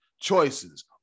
Choices